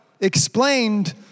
explained